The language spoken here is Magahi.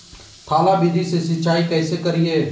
थाला विधि से सिंचाई कैसे करीये?